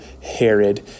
Herod